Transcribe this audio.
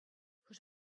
хӑш